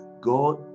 God